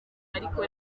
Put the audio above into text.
ariko